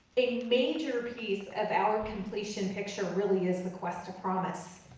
a major piece of our completion picture really is the cuesta promise.